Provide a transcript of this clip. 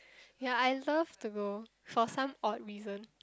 ya I love to go for some odd reason